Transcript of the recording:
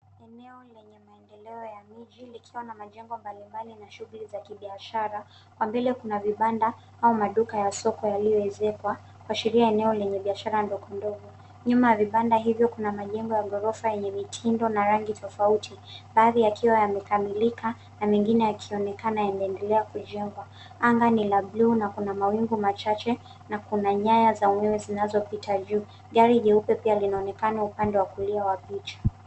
Eneo lenye maendeleo ya miji likiwa na majengo mballimbali na shughuli za kibiashara, kwa vile kuna vibanda au maduka ya soko yaliyoezekwa kuashiria eneo lenye biashara ndogo ndogo. Nyuma ya vibanda hivyo kuna majengo ya ghorofa yenye mitindo na rangi tofauti baadhi yakiwa yamekamilika na mengine yakionekana yanaendelea kujengwa. Anga ni la buluu na kuna mawingu machache na kuna nyaya za umeme zinazopita juu. Gari jeupe pia linaonekana upande wa kulia.